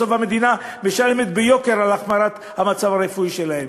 בסוף המדינה משלמת ביוקר על החמרת המצב הרפואי שלהם.